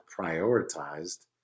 prioritized